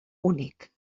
únic